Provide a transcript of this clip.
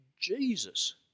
Jesus